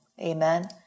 Amen